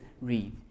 read